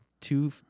Two